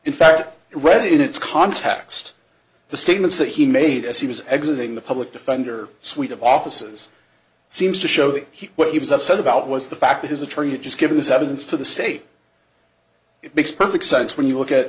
in fact it read in its context the statements that he made as he was exiting the public defender suite of offices seems to show that he what he was upset about was the fact that his attorney had just given this evidence to the say it makes perfect sense when you look at